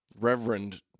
Reverend